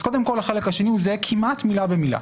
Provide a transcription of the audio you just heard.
אז קודם כל, החלק השני הוא זהה כמעט מילה במילה.